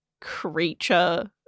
creature